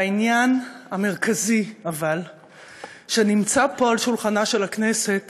אבל העניין המרכזי שנמצא פה על שולחנה של הכנסת